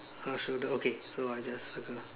her shoulder okay so I just circle